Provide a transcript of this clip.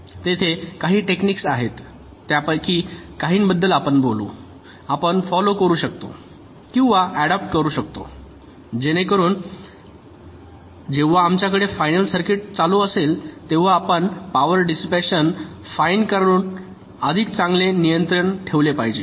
तेथे काही टेक्निक्स आहेत त्यापैकी काहींबद्दल आपण बोलू आपण फॉललो करू शकतो किंवा ऍडॉप्ट करू शकता जेणेकरून जेव्हा आमच्याकडे फायनल सर्किट चालू असेल तेव्हा आपण पॉवर डिसिपॅशन फाइन करण्यावर अधिक चांगले नियंत्रण ठेवले पाहिजे